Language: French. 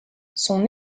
son